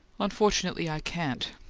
unfortunately, i can't.